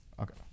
okay